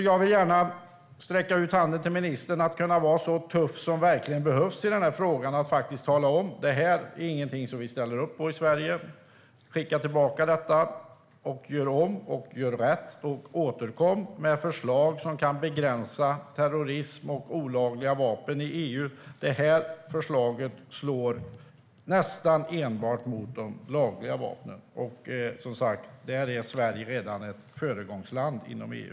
Jag vill gärna sträcka ut handen till ministern och be honom att verkligen vara så tuff i den här frågan som verkligen behövs och tala om att det här inte är någonting som vi ställer upp på i Sverige och att man bör göra om och göra rätt och återkomma med förslag som kan begränsa terrorism och olagliga vapen i EU. Det här förslaget slår nästan enbart mot de lagliga vapnen. Där är Sverige redan ett föregångsland inom EU.